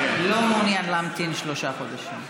לא מעוניין להמתין שלושה חודשים.